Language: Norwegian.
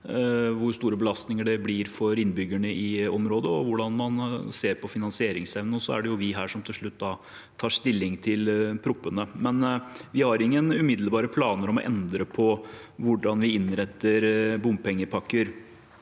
hvor store belastninger det blir for innbyggerne i området, og hvordan man ser på finansieringsevnen. Så er det vi her som til slutt tar stilling til proposisjonene. Vi har ingen umiddelbare planer om å endre på hvordan vi innretter bompengepakker